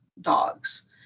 dogs